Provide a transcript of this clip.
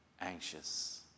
anxious